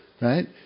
right